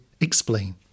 explain